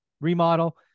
remodel